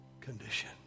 condition